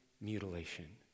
mutilation